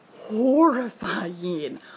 horrifying